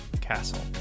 Castle